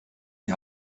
die